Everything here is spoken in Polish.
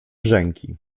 brzęki